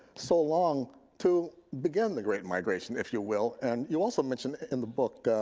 so long to begin the great migration if you will. and you also mentioned in the book,